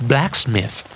Blacksmith